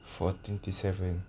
for twenty seven side